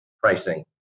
pricing